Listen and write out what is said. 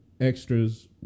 extras